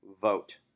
vote